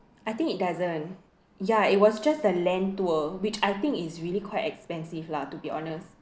I think it doesn't ya it was just a land tour which I think is really quite expensive lah to be honest